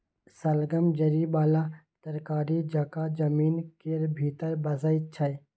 शलगम जरि बला तरकारी जकाँ जमीन केर भीतर बैसै छै